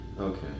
Okay